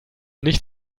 nicht